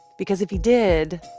because if he did,